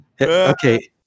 Okay